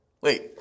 Wait